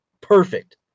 perfect